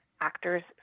actors